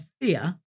fear